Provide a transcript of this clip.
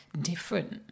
different